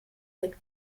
with